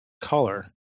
color